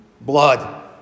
Blood